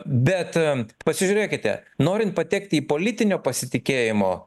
bet pasižiūrėkite norint patekti į politinio pasitikėjimo